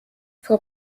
frau